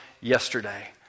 yesterday